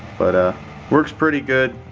but works pretty good.